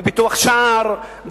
בביטוח שער,